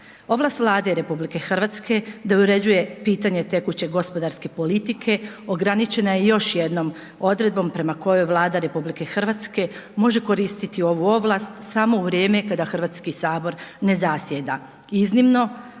Ovlast Vlade RH da uređuje pitanje tekuće gospodarske politike ograničena je još jednom odredbom prema kojoj Vlada RH može koristiti ovu ovlast samo u vrijeme kada Hrvatski sabor ne zasjeda,